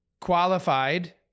qualified